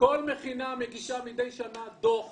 כל מכינה מגישה מידי שנה דו"ח